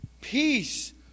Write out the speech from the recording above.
peace